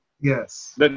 Yes